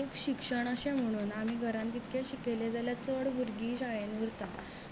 एक शिक्षण अशें म्हणून आमी घरान कितकेंय शिकयलें जाल्यार चड भुरगीं शाळेन उरता